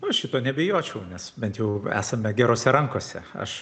nu šito nebijočiau nes bent jau esame gerose rankose aš